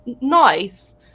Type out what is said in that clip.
nice